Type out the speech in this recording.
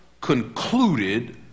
concluded